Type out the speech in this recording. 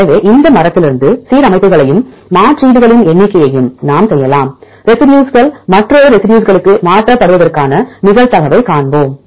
எனவே இந்த மரத்திலிருந்து சீரமைப்புகளையும் மாற்றீடுகளின் எண்ணிக்கையையும் நாம் செய்யலாம் ரெசி டியூஸ்கள் மற்றொரு ரெசிடியூஸ்களுக்கு மாற்றப்படுவதற்கான நிகழ்தகவைக் காண்போம்